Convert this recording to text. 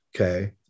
Okay